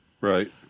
right